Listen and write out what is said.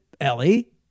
Ellie